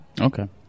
Okay